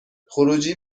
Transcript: خروجی